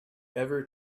ever